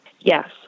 Yes